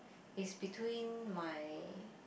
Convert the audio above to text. is between my